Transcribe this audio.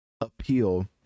appeal